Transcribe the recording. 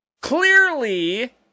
Clearly